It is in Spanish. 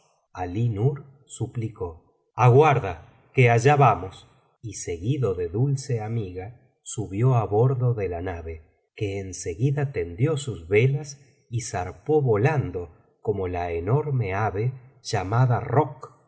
paz alí nur suplicó aguarda que allá vamos y seguido de dulce amiga sabio á bordo de la nave que en seguida tendió sus velas y zarpó volando como la enorme ave llamada rokh